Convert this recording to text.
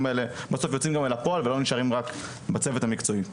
האלה בסוף יוצאים גם אל הפועל ולא נשארים רק בצוות המקצועי.